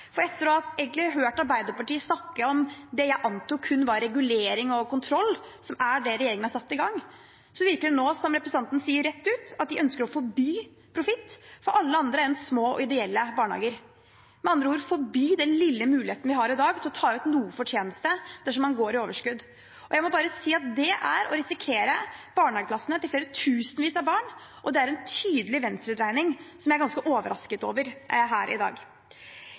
for etter å ha hørt Arbeiderpartiet snakke om det jeg antok kun var regulering og kontroll, som er det regjeringen har satt i gang, virker det nå som om representantene sier rett ut at de ønsker å forby profitt for alle andre enn små, ideelle barnehager – med andre ord forby den lille muligheten man har i dag til å ta ut noe fortjeneste dersom man går med overskudd. Jeg må bare si at det er å risikere barnehageplassene til tusenvis av barn, og det er en tydelig venstredreining som jeg er ganske overrasket over her i dag.